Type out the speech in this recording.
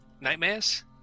nightmares